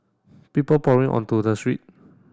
people pouring onto the street